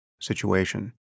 situation